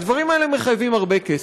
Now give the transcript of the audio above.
הדברים האלה מחייבים הרבה כסף.